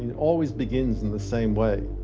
and always begins in the same way,